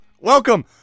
Welcome